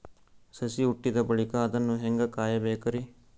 ಸಸಿ ಹುಟ್ಟಿದ ಬಳಿಕ ಅದನ್ನು ಹೇಂಗ ಕಾಯಬೇಕಿರಿ?